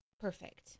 Perfect